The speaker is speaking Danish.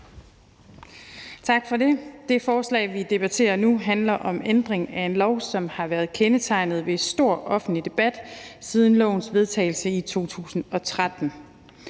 Tak for det. Det forslag, vi debatterer nu, handler om ændring af en lov, som har været kendetegnet ved stor offentlig debat siden lovens vedtagelse i 2013.